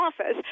Office